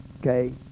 Okay